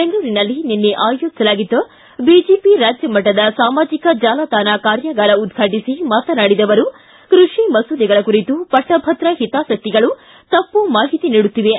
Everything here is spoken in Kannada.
ಬೆಂಗಳೂರಿನಲ್ಲಿ ನಿನ್ನೆ ಆಯೋಜಿಸಲಾಗಿದ್ದ ಬಿಜೆಪಿ ರಾಜ್ಯಮಟ್ಟದ ಸಾಮಾಜಿಕ ಜಾಲತಾಣ ಕಾರ್ಯಾಗಾರ ಉದ್ಘಾಟಿಸಿ ಮಾತನಾಡಿದ ಅವರು ಕೃಷಿ ಮಸೂದೆಗಳ ಕುರಿತು ಪಟ್ಟಭದ್ರ ಹಿತಾಸಕ್ತಿಗಳು ತಪ್ಪು ಮಾಹಿತಿ ನೀಡುತ್ತಿವೆ